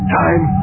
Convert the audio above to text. time